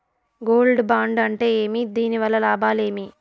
Gold bond అంటే ఏమి? దీని వల్ల లాభాలు ఏమి?